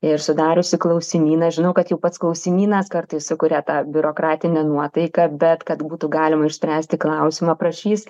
ir sudariusi klausimyną žinau kad jau pats klausimynas kartais sukuria tą biurokratinę nuotaiką bet kad būtų galima išspręsti klausimą prašys